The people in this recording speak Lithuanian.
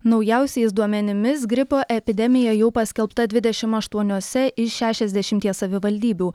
naujausiais duomenimis gripo epidemija jau paskelbta dvidešim aštuoniose iš šešiasdešimties savivaldybių